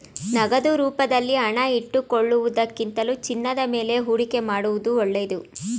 ನಗದು ರೂಪದಲ್ಲಿ ಹಣ ಇಟ್ಟುಕೊಳ್ಳುವುದಕ್ಕಿಂತಲೂ ಚಿನ್ನದ ಮೇಲೆ ಹೂಡಿಕೆ ಮಾಡುವುದು ಒಳ್ಳೆದು